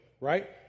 right